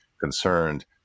concerned